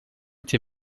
été